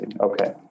Okay